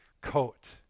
coat